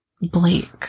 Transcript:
Blake